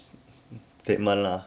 statement lah